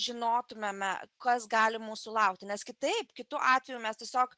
žinotumėme kas gali mūsų laukti nes kitaip kitu atveju mes tiesiog